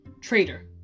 traitor